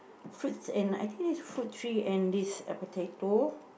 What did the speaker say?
fruits in I think this fruit tree and this uh potato